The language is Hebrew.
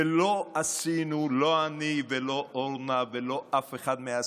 ולא עשינו, לא אני ולא אורנה ולא אף אחד מהשרים,